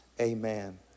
Amen